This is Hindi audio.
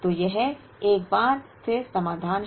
तो यह एक बार फिर समाधान है